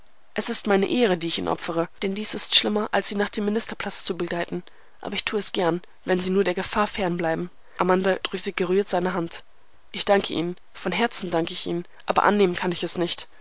es ist meine ehre die ich ihnen opfere denn dies ist schlimmer als sie nach dem ministerpalast zu begleiten aber ich tue es gern wenn sie nur der gefahr fern bleiben amanda drückte gerührt seine hand ich danke ihnen von herzen danke ich ihnen aber annehmen kann ich es nicht